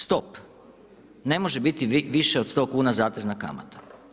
Stop, ne može biti više od 100 kn zatezna kamata.